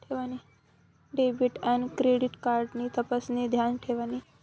debit आन credit card ना तपशिनी ध्यान ठेवानी